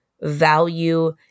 value